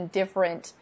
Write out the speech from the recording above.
different